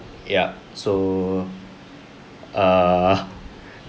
ya so err